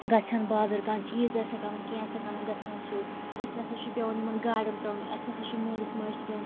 گژھہِ ہان بازر کانٛہہ چیٖز آسیٚکھ اَنُن کیٚنٛہہ آسیٚکھ اَنُن گَژھیٚن سیٛود اسہِ نَہ سا چھُ پیٚوان یِمن گاڑیٚن پرٛاڈنٕے اسہِ ہَسا چھُ مٲلِس ماجہِ تہِ پیٚوان